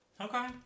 Okay